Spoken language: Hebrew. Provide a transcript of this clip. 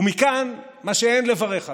ומכאן מה שאין לברך עליו,